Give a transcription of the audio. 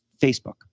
Facebook